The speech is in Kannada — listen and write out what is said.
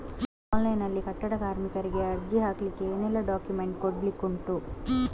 ಆನ್ಲೈನ್ ನಲ್ಲಿ ಕಟ್ಟಡ ಕಾರ್ಮಿಕರಿಗೆ ಅರ್ಜಿ ಹಾಕ್ಲಿಕ್ಕೆ ಏನೆಲ್ಲಾ ಡಾಕ್ಯುಮೆಂಟ್ಸ್ ಕೊಡ್ಲಿಕುಂಟು?